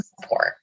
support